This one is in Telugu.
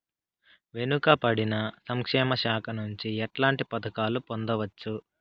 వెనుక పడిన సంక్షేమ శాఖ నుంచి ఎట్లాంటి పథకాలు పొందవచ్చు?